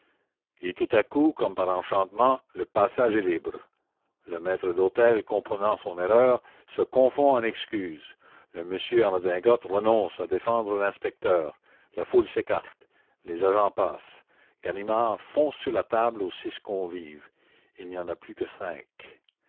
et tout à coup comme par enchantement le passage est libre le maître d'hôtel comprenant son erreur se confond en excuses le monsieur en redingote renonce à défendre l'inspecteur la foule s'écarte les agents passent ganimard fonce sur la table aux six convives il n'y en a plus que cinq